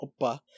oppa